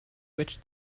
which